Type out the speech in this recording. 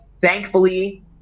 thankfully